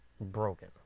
broken